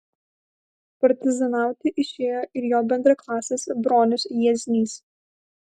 partizanauti išėjo ir jo bendraklasis bronius jieznys